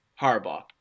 Harbaugh